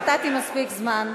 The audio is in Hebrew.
נתתי מספיק זמן.